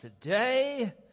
today